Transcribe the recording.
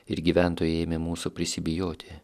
ir gyventojai ėmė mūsų prisibijoti